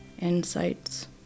insights